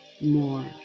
more